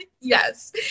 yes